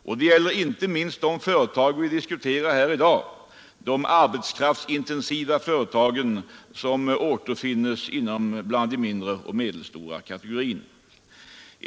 Det här gäller inte minst de företag vi diskuterar här i dag — de arbetskraftsintensiva företagen som återfinns inom kategorin mindre och medelstora företag.